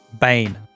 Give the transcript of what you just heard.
Bane